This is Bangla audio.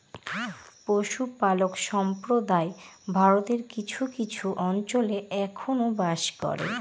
পশুপালক সম্প্রদায় ভারতের কিছু কিছু অঞ্চলে এখনো বাস করে